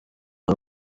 ari